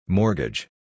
Mortgage